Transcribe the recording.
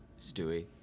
Stewie